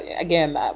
again